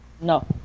No